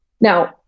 Now